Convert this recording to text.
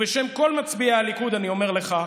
ובשם כל מצביעי הליכוד אני אומר לך: